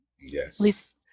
Yes